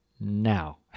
now